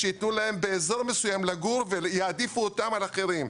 שייתנו להם לגור באזור מסוים ויעדיפו אותם על אחרים.